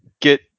get